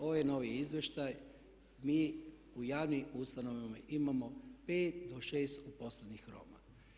Ovo je novi izvještaj, mi u javnim ustanovama imamo 5 do 6 uposlenih Roma.